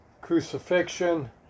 crucifixion